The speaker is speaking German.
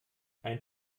ein